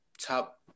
top